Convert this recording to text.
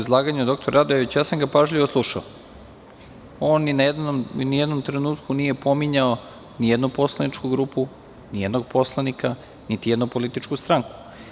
U izlaganju doktora Radojevića, pažljivo sam ga slušao, on ni u jednom trenutku nije pominjao nijednu poslaničku grupu, nijednog poslanika, niti jednu političku stranku.